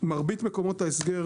במרבית מקומות ההסגר,